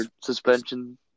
suspension